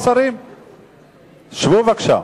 שבו בבקשה.